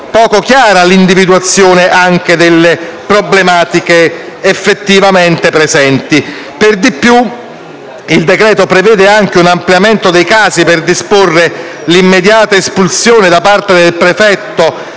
poco chiara l'individuazione delle problematiche effettivamente presenti. Per di più, il decreto-legge prevede anche un ampliamento dei casi per disporre l'immediata espulsione da parte del prefetto